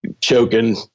choking